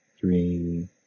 Three